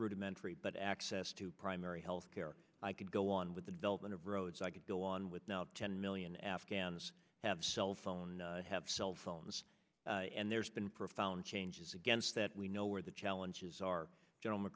rudimentary but access to primary healthcare i could go on with the development of roads i could go on with now ten million afghans have cell phones have cell phones and there's been profound changes against that we know where the challenges are gen